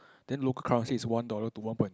then local currency is one dollar to one point